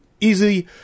easy